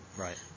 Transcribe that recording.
Right